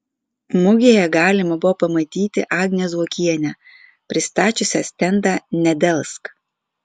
mugėje galima buvo pamatyti agnę zuokienę pristačiusią stendą nedelsk